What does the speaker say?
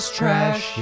trash